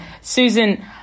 Susan